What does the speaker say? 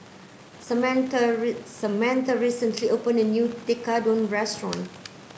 Samatha Samatha recently opened a new Tekkadon restaurant